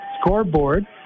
scoreboard